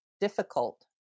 difficult